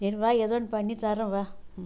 சரி வா ஏதோ ஒன்று பண்ணித் தர்றேன் வா ம்